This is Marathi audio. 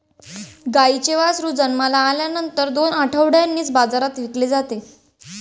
गाईचे वासरू जन्माला आल्यानंतर दोन आठवड्यांनीच बाजारात विकले जाते